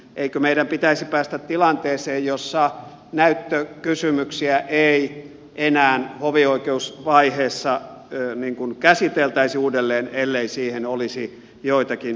eikö meidän pitäisi päästä tilanteeseen jossa näyttökysymyksiä ei enää hovioikeusvaiheessa käsiteltäisi uudelleen ellei siihen olisi joitakin erityisiä syitä